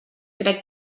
crec